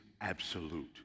absolute